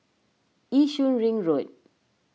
Yishun Ring Road